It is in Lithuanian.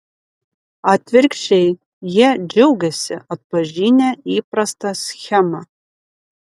atvirkščiai jie džiaugiasi atpažinę įprastą schemą